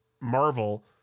Marvel